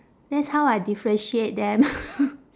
that's how I differentiate them